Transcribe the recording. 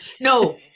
No